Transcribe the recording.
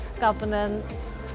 governance